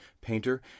painter